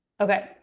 Okay